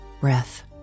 breath